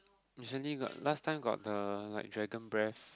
recently got last time got the like dragon breathe